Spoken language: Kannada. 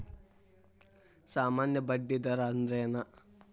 ಸಾಮಾನ್ಯ ಬಡ್ಡಿ ದರ ಅಂದ್ರೇನ?